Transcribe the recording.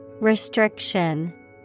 Restriction